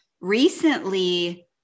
recently